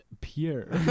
pure